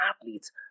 athletes